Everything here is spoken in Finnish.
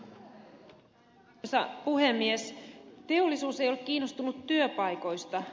teollisuus ei ole kiinnostunut työpaikoista